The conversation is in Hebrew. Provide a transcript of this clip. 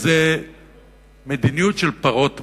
וזה מדיניות של פרות הבשן,